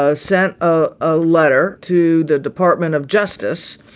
ah sent ah a letter to the department of justice.